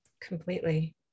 Completely